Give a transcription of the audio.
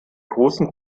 großen